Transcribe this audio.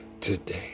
Today